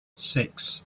six